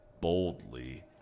boldly